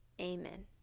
Amen